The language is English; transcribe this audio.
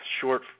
short